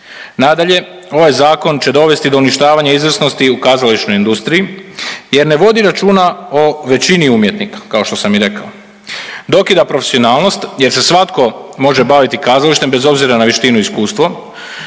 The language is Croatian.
Nadalje, ovaj Zakon će donijeti do uništavanja izvrsnosti u kazališnoj industriji jer ne vodi računa o većini umjetnika, kao što sam i rekao. Dokida profesionalnost jer se svatko može baviti kazalištem bez obzira na vještinu i iskustvo.